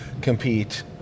compete